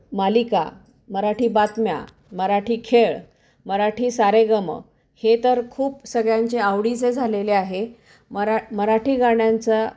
मालिका मराठी बातम्या मराठी खेळ मराठी सारेगम हे तर खूप सगळ्यांचे आवडीचे झालेले आहे मरा मराठी गाण्यांचा